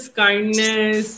kindness